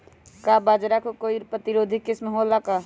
का बाजरा के कोई प्रतिरोधी किस्म हो ला का?